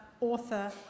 author